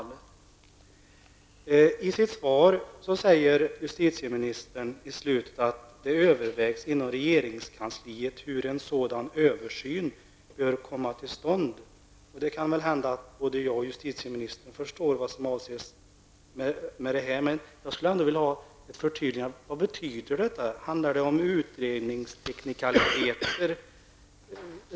I slutet av sitt svar säger justitieministern att det ''övervägs inom regeringskansliet hur en sådan översyn bör komma till stånd''. Det kan väl hända att både justitieministern och jag förstår vad som avses, men jag skulle ändå vilja ha ett förtydligande. Vad betyder detta? Handlar det om utredningsteknikaliteter?